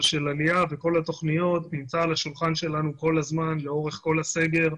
וכל התוכניות נמצא על השולחן שלנו כל הזמן לאורך כל הסגר.